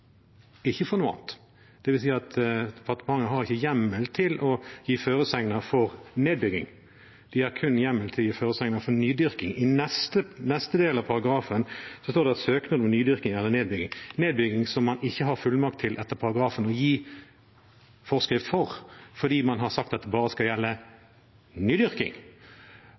ikke for noe annet. Det vil si at departementet ikke har hjemmel til å gi føresegner for nedbygging, de har kun hjemmel til å gi føresegner for nydyrking. I neste del av paragrafen står det om søknad om nydyrking eller nedbygging – nedbygging man ikke har fullmakt etter paragrafen til å gi forskrift for, fordi man har sagt det bare skal gjelde nydyrking.